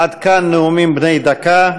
עד כאן נאומים בני דקה.